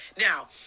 now